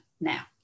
Now